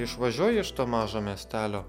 išvažiuoji iš to mažo miestelio